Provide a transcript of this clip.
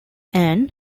anne